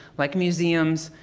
like museums,